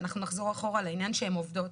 אנחנו נחזור אחורה לעניין שהן עובדות.